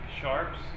Sharps